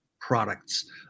products